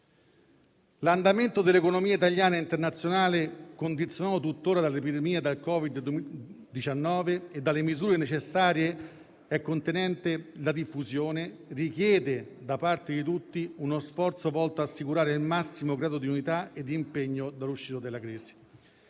L'andamento dell'economia italiana e internazionale, condizionate tutt'ora dall'epidemia da Covid-19 e dalle misure necessarie a contenerne la diffusione, richiede da parte di tutti uno sforzo volto ad assicurare il massimo grado di unità e di impegno per l'uscita dalla crisi.